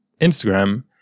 Instagram